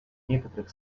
некоторых